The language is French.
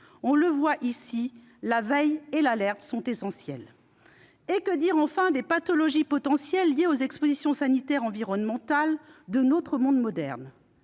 C'est dire si la veille et l'alerte sont essentielles. Que dire des pathologies potentielles liées aux expositions sanitaires environnementales de notre monde moderne ?